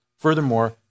Furthermore